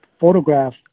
photograph